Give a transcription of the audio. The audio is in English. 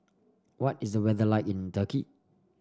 what is the weather like in Turkey